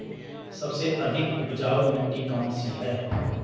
सबसे अधिक उपजाऊ मिट्टी कौन सी है?